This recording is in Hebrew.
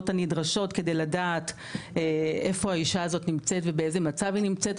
הנדרשות כדי לדעת איפה האישה הזאת נמצאת ובאיזה מצב היא נמצאת,